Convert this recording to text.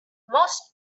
most